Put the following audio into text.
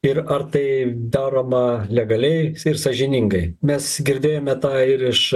ir ar tai daroma legaliai ir sąžiningai mes girdėjome tą ir iš